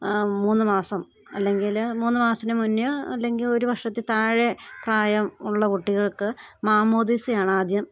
മൂന്ന് മാസം അല്ലെങ്കില് മൂന്ന് മാസത്തിന് മുന്നെയും അല്ലെങ്കില് ഒരു വർഷത്തിന് താഴെയും പ്രായമുള്ള കുട്ടികൾക്ക് മാമോദീസയാണ് ആദ്യം